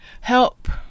help